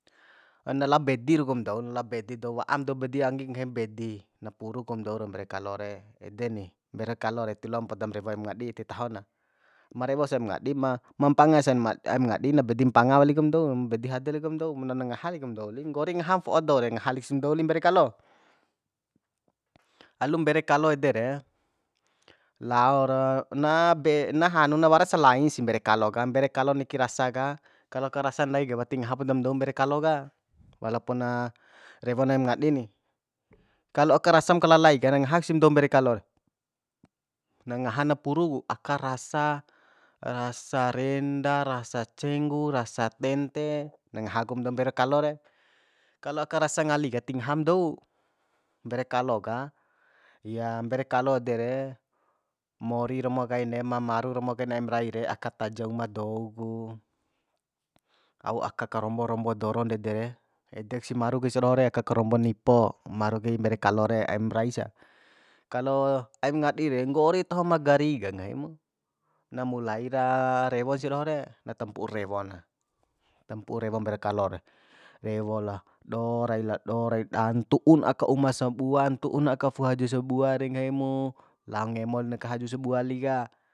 Na lao bedi rau kum dou na lao bedi dou wa'am dou bedi angi ka nggahim bedi na puru kum dou rau mbere kalo re ede ni mbere kalo re tiloa podam rewo aim ngadi ti taho na ma rewo sa aim ngadi ma mpanga sa aim ngadi na bedi mpanga wali kum doum bedi hade li kum dou na na ngaha li kum dou li nggori ngaham fo'o dou re ngahalisim dou lim mbere kalo alum mbere kalo ede re laora na be na hanu nawaras lain si mbere kalo ka mbere kalo niki rasa ka kalo aka rasa ndai ka wati ngaha podam dou mbere kalo ka walo puna rewo aim ngadi ni kalo ka rasam kalalai ka na ngahak si dou mbere kalo re na ngaha na puru ku aka rasa rasa renda rasa cenggu rasa tente na ngaha kum dou mbere kalo re kalo aka rasa ngali ka ti ngaham dou mbere kalo ka ya mbere kalo dere mori romo kain ne'e ma maru romo kain aim rai re aka taja uma dou ku au aka karombo karombo doro ndede re edeksi maru kai sadoho re ka karombo nipo maru kai mbere kalo re aim rai sa kalo aim ngadi re nggori taho magari ka nggahi mu na mulai ra rewo sai doho re na tampu'u rewo na tampu'u rewo mbere kalo re rewo la do raila do rai da ntu'u aka uma sabua ntu'u aka fu'u haju sabua de nggahi mu lao ngemon ka haju sabua li ka